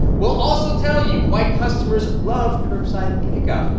we'll also tell you why customers love curbside pickup.